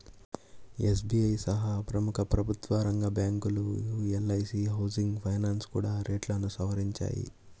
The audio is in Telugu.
ఎస్.బీ.ఐ సహా ప్రముఖ ప్రభుత్వరంగ బ్యాంకులు, ఎల్.ఐ.సీ హౌసింగ్ ఫైనాన్స్ కూడా రేట్లను సవరించాయి